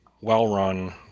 well-run